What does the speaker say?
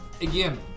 Again